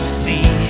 see